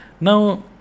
Now